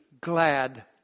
glad